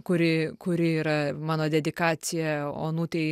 kuri kuri yra mano dedikacija onutei